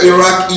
Iraq